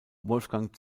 wolfgang